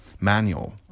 manual